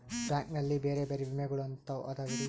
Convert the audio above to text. Bank ನಲ್ಲಿ ಬೇರೆ ಬೇರೆ ವಿಮೆಗಳು ಎಂತವ್ ಇದವ್ರಿ?